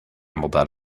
scrambled